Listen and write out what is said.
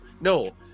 No